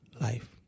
life